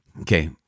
Okay